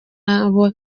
abo